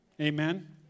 Amen